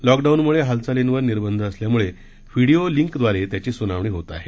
लॉकडाऊनमुळे हालचालींवर निर्बंध असल्यामुळे व्हीडीओ लिंकद्वारे त्याची सुनावणी होत आहे